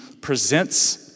presents